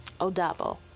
Odabo